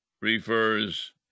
refers